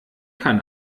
kann